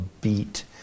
beat